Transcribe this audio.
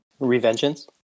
Revengeance